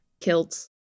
kilts